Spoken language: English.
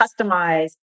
customize